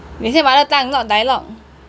they say mother tongue not dialogue